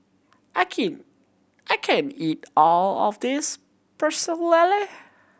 I can't I can't eat all of this Pecel Lele